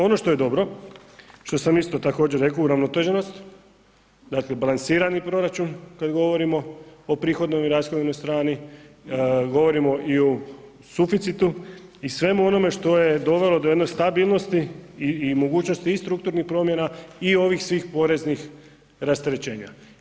Ono što je dobro, što sam isto također rekao, uravnoteženost dakle balansirani proračun kada govorimo o prihodnoj i rashodnoj strani, govorimo i o suficitu i svemu onome što je dovelo do jedne stabilnosti i mogućnosti i strukturnih promjena i svih ovih poreznih rasterećenja.